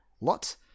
lot